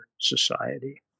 society